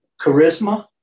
charisma